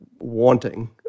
wanting